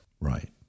Right